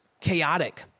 chaotic